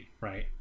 right